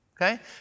okay